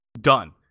Done